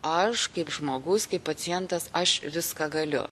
aš kaip žmogus kaip pacientas aš viską galiu